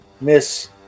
Miss